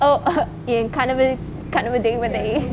oh err என் கனவு கனவு தேவதை:en kanavu kanavu thevathai